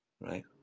right